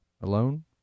alone